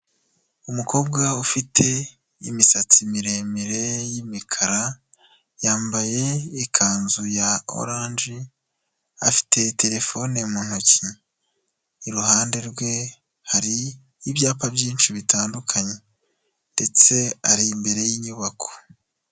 Umukobwa ufite imisatsi miremire y'imikara, yambaye ikanzu ya oranje, afite terefone mu ntoki. Iruhande rwe, hari ibyapa byinshi bitandukanye ndetse ari imbere y'inyubako.